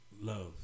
love